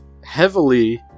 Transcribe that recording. heavily